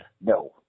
No